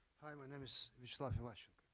hi, my name is viacheslav.